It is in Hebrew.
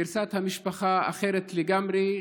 גרסת המשפחה אחרת לגמרי,